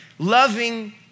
Loving